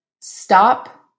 Stop